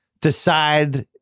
decide